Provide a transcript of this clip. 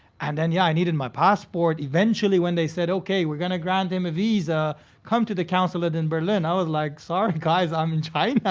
and then yeah, i needed my passport. eventually when they said okay, we're gonna grant him a visa come to the consulate in berlin. i was like, sorry, guys, i'm in china.